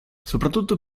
soprattutto